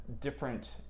different